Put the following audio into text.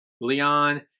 Leon